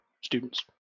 students